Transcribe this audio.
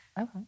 Okay